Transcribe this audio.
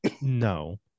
No